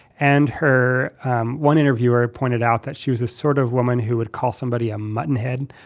and her um one interviewer pointed out that she was a sort of woman who would call somebody a mutton head